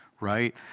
right